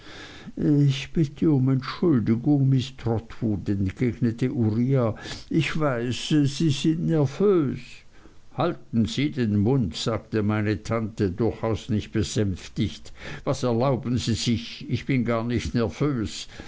ich bitte um entschuldigung miß trotwood entgegnete uriah ich weiß sie sind nervös halten sie den mund sagte meine tante durchaus nicht besänftigt was erlauben sie sich ich bin gar nicht